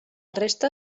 resta